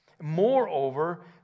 Moreover